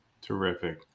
Terrific